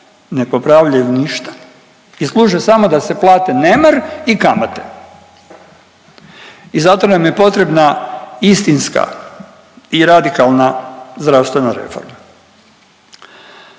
ne popravljaju ništa i služe samo da se plate nemar i kamate i zato nam je potrebna istinska i radikalna zdravstvena reforma